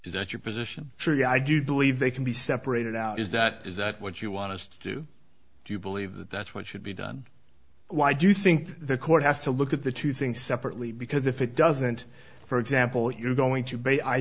is that your position truly i do believe they can be separated out is that is that what you want to do do you believe that that's what should be done why do you think the court has to look at the two things separately because if it doesn't for example you're going to b